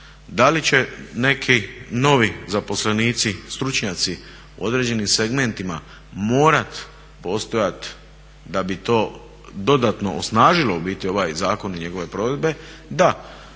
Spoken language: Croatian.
Da li će neki novi zaposlenici, stručnjaci u određenim segmentima morati postojati da bi to dodatno osnažilo ovaj zakon i njegove provedbe? Da.